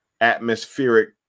atmospheric